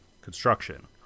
construction